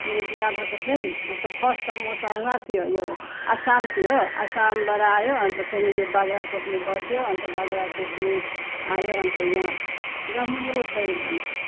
मेरो बिहा भएको थियो नि अन्त फर्स्ट त म त वहाँ थियो यो आसाम थियो हो आसामबाट आयो अन्त फेरि यो बाख्राकोटमा बस्यो अन्त बाख्राकोटमा आयो अन्त यहाँ राम्रो छ एकदम